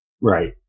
Right